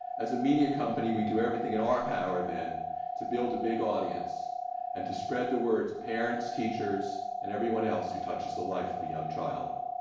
as a media company, we do everything in all our power then to build a big audience and to spread the words to parents, teachers and everyone else who touches the life of a young child.